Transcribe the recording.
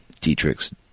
Dietrich's